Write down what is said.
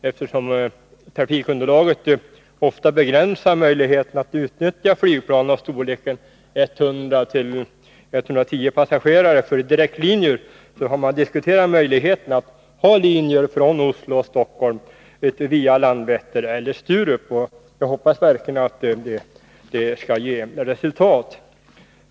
Eftersom trafikunderlaget ofta begränsar möjligheterna att utnyttja flygplan av den storlek som motsvaras av 100-110 passagerare för direktlinjer, har man diskuterat förutsättningarna för att ha linjer från Oslo och Stockholm via Landvetter och Sturup. Jag hoppas verkligen att detta skall ge resultat.